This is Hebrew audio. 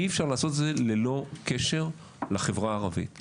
אי אפשר לעשות את זה ללא קשר לחברה הערבית.